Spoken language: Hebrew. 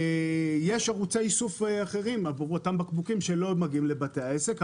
יש ערוצי איסוף אחרי עבור אותם בקבוקים שלא מגיעים לבתי העסק.